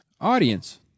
Audience